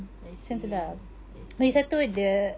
I see I see